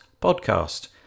podcast